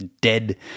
dead